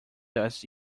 does